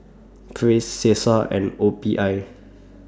Praise Cesar and O P I